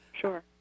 Sure